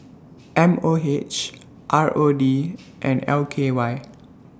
M O H R O D and L K Y